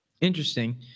Interesting